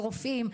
של רופאים.